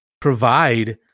provide